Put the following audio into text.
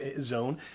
zone